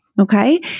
Okay